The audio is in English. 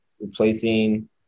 replacing